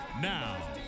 Now